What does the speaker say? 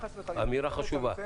אמירה חשובה.